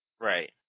right